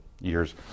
years